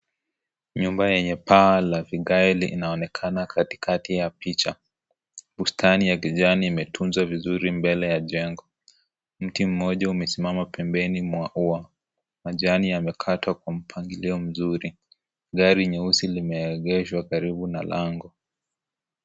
Nyumba lenye paa la vigae inaonekana katikati ya picha bustani ya kijani imetunzwa vizuri mbele ya jengo mti moja umesimama pembeni mwa ua, majani yamekatwa kwa mpangilio mzuri gari nyeusi limeegeshwa karibu na lango.